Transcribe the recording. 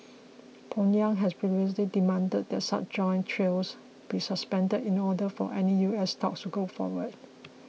Pyongyang had previously demanded that such joint drills be suspended in order for any U S talks to go forward